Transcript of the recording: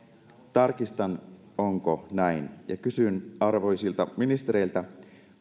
tarkistan onko näin ja kysyn arvoisilta ministereiltä